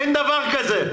אין דבר כזה.